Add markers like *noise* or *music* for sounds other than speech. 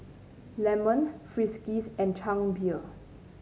*unintelligible* Friskies and Chang Beer